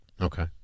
Okay